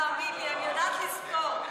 תאמין לי, אני יודעת לספור,